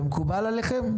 זה מקובל עליכם?